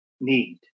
need